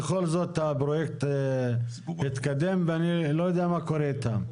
בכל מקרה הפרויקט התקדם ואני לא יודע מה קורה איתם.